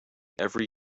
every